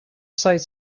sites